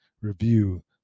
review